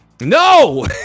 No